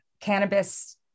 cannabis